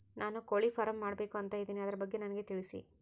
ನಾನು ಕೋಳಿ ಫಾರಂ ಮಾಡಬೇಕು ಅಂತ ಇದಿನಿ ಅದರ ಬಗ್ಗೆ ನನಗೆ ತಿಳಿಸಿ?